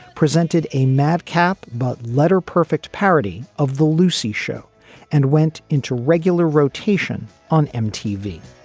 presented a madcap but letter perfect parody of the lucy show and went into regular rotation on mtv